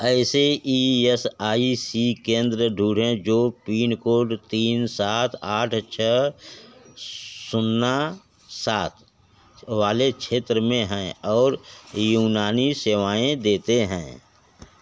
ऐसे E S I C केंद्र ढूँढें जो पिन कोड तीन सात आठ छः जीरो सात वाले क्षेत्र में हैं और यूनानी सेवाएँ देते हैं